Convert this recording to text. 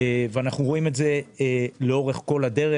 ואנחנו רואים את זה לאורך כל הדרך.